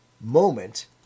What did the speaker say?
moment